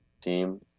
team